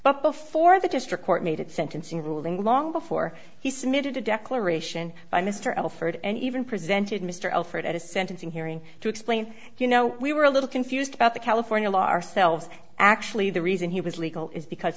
but before the district court made it sentencing ruling long before he submitted a declaration by mr alford and even presented mr alford at a sentencing hearing to explain you know we were a little confused about the california law ourselves actually the reason he was legal is because